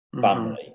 family